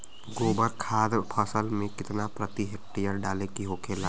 गोबर खाद फसल में कितना प्रति हेक्टेयर डाले के होखेला?